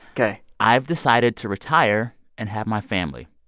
ok i've decided to retire and have my family.